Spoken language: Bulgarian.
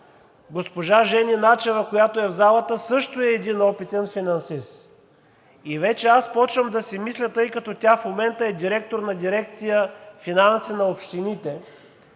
Госпожа Жени Начева, която е в залата, също е един опитен финансист. Вече почвам да си мисля, тъй като тя в момента е директор на дирекция „Финанси“ на общините